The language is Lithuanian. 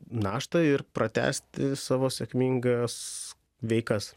naštą ir pratęsti savo sėkmingas veikas